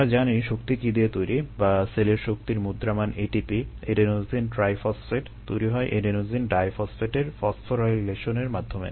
আমরা জানি শক্তি কী দ্বারা তৈরি বা সেলের শক্তির মুদ্রামান ATP এডেনোসিন ট্রাইফসফেট এর মাধ্যমে